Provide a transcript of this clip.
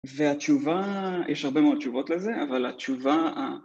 והתשובה, יש הרבה מאוד תשובות לזה, אבל התשובה...